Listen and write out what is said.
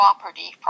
property